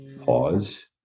pause